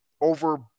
over